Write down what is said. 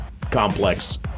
complex